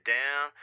down